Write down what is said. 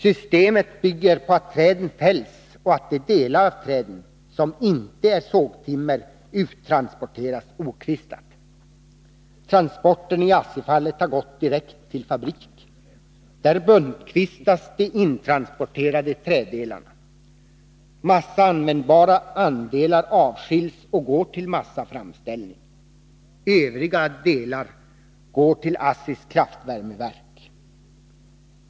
Systemet bygger på att träden fälls och att de delar av träden som inte är sågtimmer uttransporteras okvistade. Transporterna i ASSI-fallet har gått direkt till fabrik. Där buntkvistas de intransporterade träddelarna. Delar som är användbara till massa avskiljs och går till massaframställning. Övriga delar går till ASSI:s kraftvärmeverk.